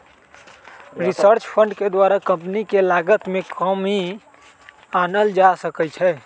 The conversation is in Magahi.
रिसर्च फंड के द्वारा कंपनी के लागत में कमी आनल जा सकइ छै